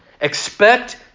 expect